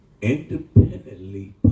independently